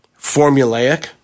formulaic